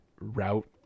route